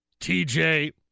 TJ